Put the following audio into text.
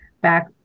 back